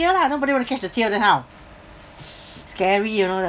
tear lah nobody want to catch the tear then how s~ scary you know the